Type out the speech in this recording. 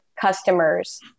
customers